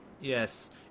Yes